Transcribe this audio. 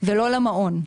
ולא למעון.